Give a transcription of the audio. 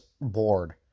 board